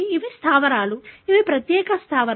ఇవి స్థావరాలు ఇవి ప్రత్యేక స్థావరాలు